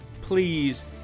Please